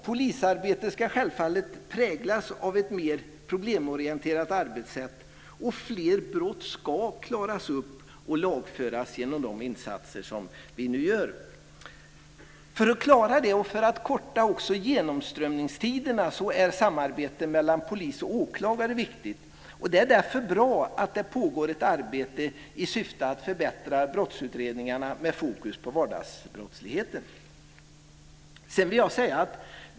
Polisarbetet ska självfallet präglas av ett mer problemorienterat arbetssätt. Och fler brott ska klaras upp och lagföras genom de insatser som vi nu gör. För att klara det och för att också korta genomströmningstiderna är samarbete mellan polis och åklagare viktigt. Det är därför bra att det pågår ett arbete i syfte att förbättra brottsutredningarna med fokus på vardagsbrottsligheten.